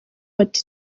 ati